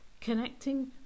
connecting